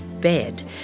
bed